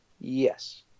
Yes